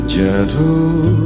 gentle